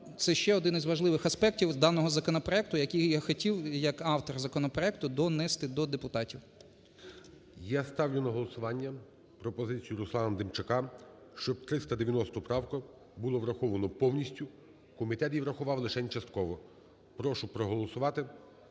це ще один із важливих аспектів даного законопроекту, який я хотів як автор законопроекту донести до депутатів. ГОЛОВУЮЧИЙ. Я ставлю на голосування пропозицію Руслана Демчака, щоб 390 правку було враховано повністю. Комітет її врахував лишень частково. Прошу проголосувати,